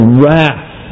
wrath